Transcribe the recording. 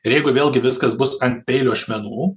ir jeigu vėlgi viskas bus ant peilio ašmenų